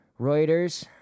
Reuters